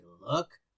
look